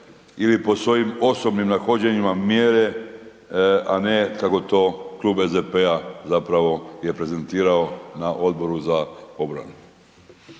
ili po svojim osobnim nahođenjima mjere, a ne kako to Klub SDP-a zapravo je prezentirao na Odboru za obranu.